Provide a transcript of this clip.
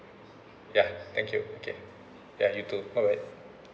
ya thank you okay ya you too alright